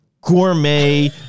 gourmet